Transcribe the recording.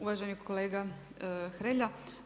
Uvaženi kolega Hrelja.